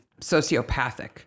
sociopathic